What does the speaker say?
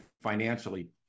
financially